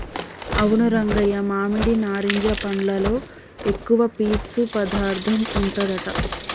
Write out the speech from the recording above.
అవును రంగయ్య మామిడి నారింజ పండ్లలో ఎక్కువ పీసు పదార్థం ఉంటదట